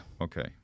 Okay